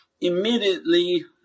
immediately